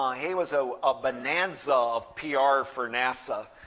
um he was so a bonanza of pr for nasa,